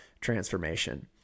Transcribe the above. transformation